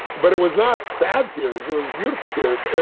but it was not sad tears, it was beautiful tears. and